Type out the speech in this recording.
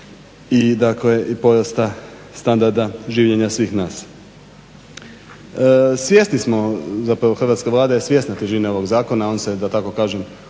i porasta standarda življenja svih nas. Svjesni smo zapravo hrvatska Vlada je svjesna težine ovog zakon, on se da tako kažem